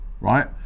right